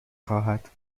خواهد